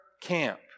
camp